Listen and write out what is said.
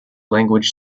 language